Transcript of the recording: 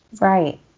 Right